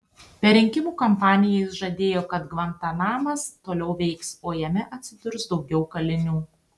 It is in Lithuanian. per rinkimų kampaniją jis žadėjo kad gvantanamas toliau veiks o jame atsidurs daugiau kalinių